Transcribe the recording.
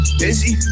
busy